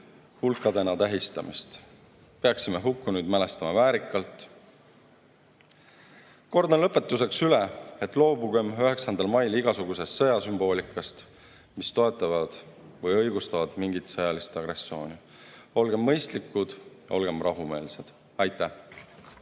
hulkadena tähistamist. Peaksime hukkunuid mälestama väärikalt. Kordan lõpetuseks üle, et loobugem 9. mail igasugusest sõjasümboolikast, mis toetab või õigustab mingit sõjalist agressiooni. Olgem mõistlikud, olgem rahumeelsed! Aitäh!